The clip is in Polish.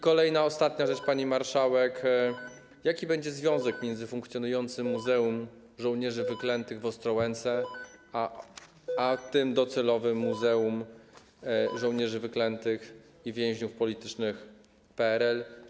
Kolejna, ostatnia rzecz, pani marszałek: Jaki będzie związek między funkcjonującym Muzeum Żołnierzy Wyklętych w Ostrołęce a docelowym Muzeum Żołnierzy Wyklętych i Więźniów Politycznych PRL?